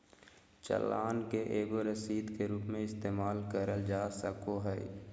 चालान के एगो रसीद के रूप मे इस्तेमाल करल जा सको हय